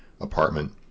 apartment